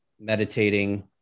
meditating